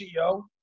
CEO